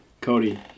Cody